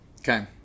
okay